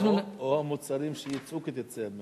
אנחנו, או מוצרים שיוצרו כתוצאה מהמיחזור.